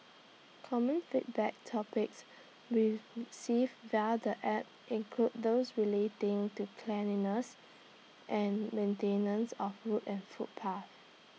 common feedback topics received via the app include those relating to cleanliness and maintenance of roads and footpaths